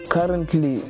Currently